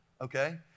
Okay